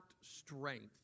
strength